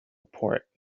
port